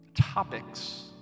topics